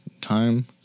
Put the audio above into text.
time